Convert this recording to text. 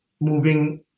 moving